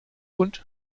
und